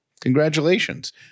congratulations